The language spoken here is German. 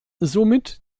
somit